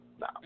No